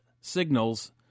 signals